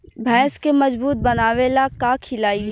भैंस के मजबूत बनावे ला का खिलाई?